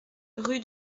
rue